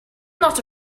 not